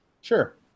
Sure